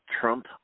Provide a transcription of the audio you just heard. Trump –